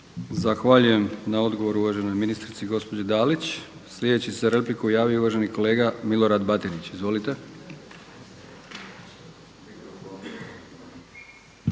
Zahvaljujem na odgovoru uvaženoj ministrici gospođi Dalić. Sljedeći se za repliku javio uvaženi kolega Milorad Batinić. Izvolite.